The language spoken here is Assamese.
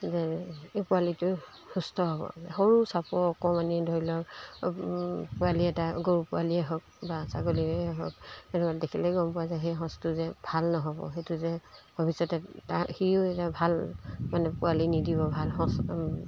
যে পোৱালিটো সুস্থ হ'ব সৰু চাপৰ অকণমানি ধৰি লওক পোৱালি এটা গৰু পোৱালিয়েই হওক বা ছাগলীয়েই হওক তেনেকুৱা দেখিলেই গম পোৱা যাই সেই সঁচটো যে ভাল নহ'ব সেইটো যে ভৱিষ্যতে তাৰ সিও যে ভাল মানে পোৱালি নিদিব ভাল সঁচ